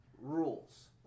rules